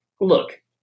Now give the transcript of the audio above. Look